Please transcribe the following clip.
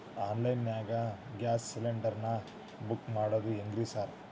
Online ನಾಗ gas cylinder ನಾ book ಮಾಡೋದ್ ಹೆಂಗ್ರಿ ಸಾರ್?